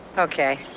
okay,